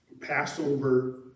Passover